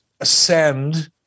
ascend